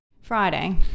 friday